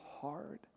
hard